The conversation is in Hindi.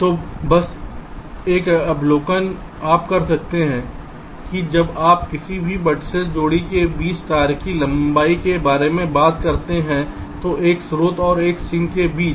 तो बस एक अवलोकन आप कर सकते हैं कि जब हम किसी भी वेर्तिसेस जोड़ी के बीच तार की लंबाई के बारे में बात करते हैं तो एक स्रोत और एक सिंक के बीच